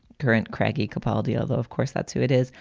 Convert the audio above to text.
current craggy capaldi, although of course that's who it is.